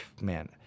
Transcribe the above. man